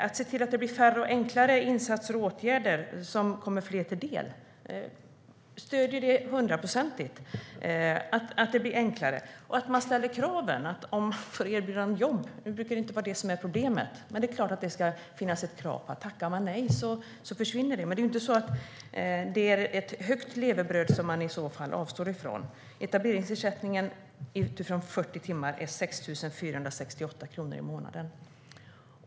Att se till att det blir färre och enklare insatser och åtgärder som kommer fler till del stöder jag hundraprocentigt. Det ska också ställas krav om man får erbjudande om jobb. Nu brukar det ju inte vara det som är problemet, men det är klart att det ska finnas krav på att det försvinner om man tackar nej. Men det är ju inte ett stort levebröd man i så fall avstår från - etableringsersättningen utifrån 40 timmar är 6 468 kronor i månaden.